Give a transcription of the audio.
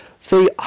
see